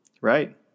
Right